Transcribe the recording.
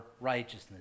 righteousness